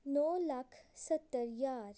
ਨੌ ਲੱਖ ਸੱਤਰ ਹਜ਼ਾਰ